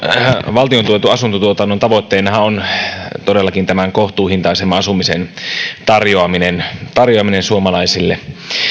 valtion tuetun asuntotuotannon tavoitteenahan on todellakin kohtuuhintaisemman asumisen tarjoaminen tarjoaminen suomalaisille